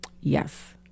Yes